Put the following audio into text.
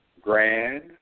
Grand